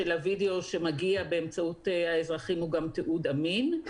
הווידאו שמגיע באמצעות האזרחים הוא גם תיעוד אמין.